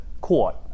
court